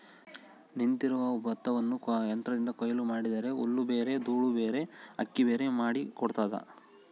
ನಿಂತಿರುವ ಭತ್ತವನ್ನು ಯಂತ್ರದಿಂದ ಕೊಯ್ಲು ಮಾಡಿದರೆ ಹುಲ್ಲುಬೇರೆ ದೂಳುಬೇರೆ ಅಕ್ಕಿಬೇರೆ ಮಾಡಿ ಕೊಡ್ತದ